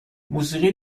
موسیقی